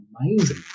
amazing